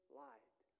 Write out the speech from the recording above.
light